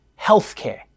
healthcare